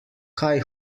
kaj